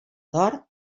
tord